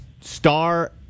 star